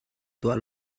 tuah